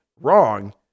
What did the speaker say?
Wrong